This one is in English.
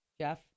Jeff